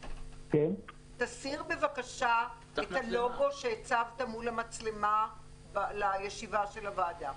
תסיר בבקשה את הלוגו שהצבת מול המצלמה לישיבה של הוועדה.